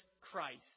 Christ